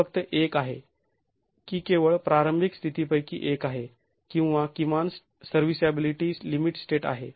हे फक्त एक आहे की केवळ प्रारंभिक स्थितींपैकी एक आहे किंवा किमान सर्व्हीसॅबिलीटी लिमिट स्टेट आहे